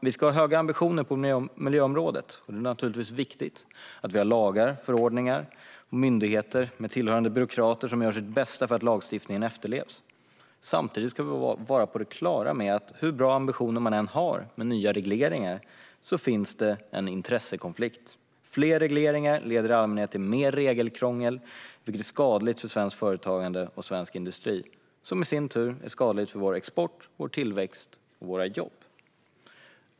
Vi ska ha höga ambitioner på miljöområdet, och det är naturligtvis viktigt att det finns lagar, förordningar och myndigheter med tillhörande byråkrater som gör sitt bästa för att lagstiftningen ska efterlevas. Samtidigt ska vi vara på det klara med att hur bra ambitioner vi än har med nya regleringar finns en intressekonflikt. Fler regleringar leder i allmänhet till mer regelkrångel, vilket är skadligt för svenskt företagande och svensk industri - vilket i sin tur är skadligt för vår export, vår tillväxt och våra jobb.